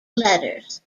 letters